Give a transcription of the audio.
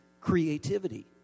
creativity